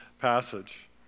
passage